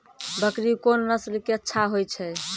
बकरी कोन नस्ल के अच्छा होय छै?